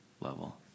level